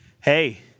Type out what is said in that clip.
hey